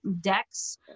decks